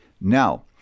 Now